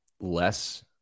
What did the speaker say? less